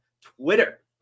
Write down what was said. Twitter